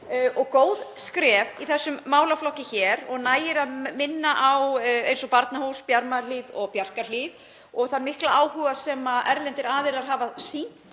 og góð skref í þessum málaflokki og nægir að minna á Barnahús, Bjarmahlíð og Bjarkarhlíð og þann mikla áhuga sem erlendir aðilar hafa sýnt